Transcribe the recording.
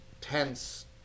tense